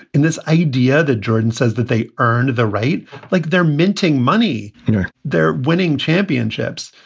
and this idea that jordan says that they earned the right like they're minting money, know they're winning championships.